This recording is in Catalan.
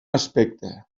aspecte